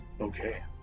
Okay